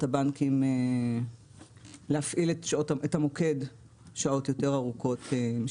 הבנקים להפעיל את המוקד שעות גרעין יותר ארוכות.